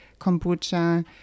kombucha